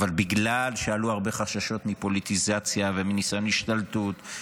אבל בגלל שעלו הרבה חששות מפוליטיזציה ומניסיון השתלטות,